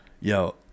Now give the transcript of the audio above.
Yo